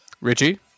Richie